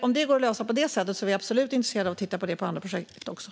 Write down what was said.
Om det går att lösa på det sättet är vi absolut intresserade av att titta på det även för andra projekt.